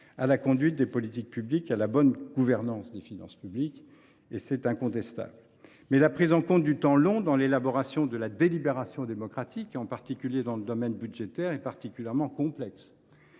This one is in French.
à la conduite des politiques publiques et à la bonne gouvernance des finances publiques ». C’est incontestable. Mais la prise en compte du temps long dans l’élaboration de la délibération démocratique, en particulier dans le domaine budgétaire, est particulièrement complexe.